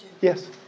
Yes